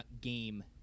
game